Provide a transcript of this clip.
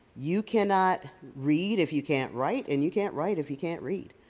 you cannot read if you can't write, and you can't write if you can't read.